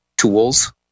Tools